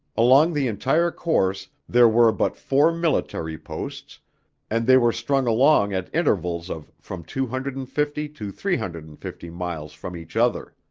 along the entire course there were but four military posts and they were strung along at intervals of from two hundred and fifty to three hundred and fifty miles from each other.